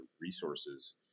resources